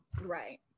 Right